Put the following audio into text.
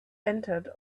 entered